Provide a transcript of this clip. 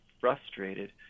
frustrated